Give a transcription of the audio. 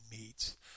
meats